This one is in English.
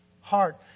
heart